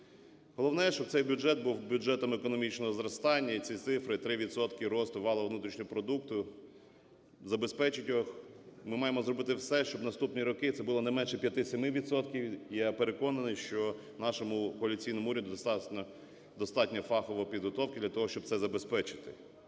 Головне, щоб цей бюджет був бюджетом економічного зростання і ці цифри, 3 відсотки росту валового внутрішнього продукту забезпечать їх. Ми маємо зробити все, щоб в наступні роки це було не менше 5-7 відсотків. Я переконаний, що нашому коаліційному уряду достатньо фахової підготовки для того, щоб це забезпечити.